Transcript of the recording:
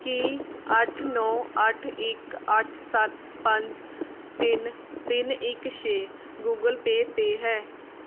ਕੀ ਅੱਠ ਨੌ ਅੱਠ ਇੱਕ ਅੱਠ ਸੱਤ ਪੰਜ ਤਿੰਨ ਤਿੰਨ ਇੱਕ ਛੇ ਗੂਗਲ ਪੇ 'ਤੇ ਹੈ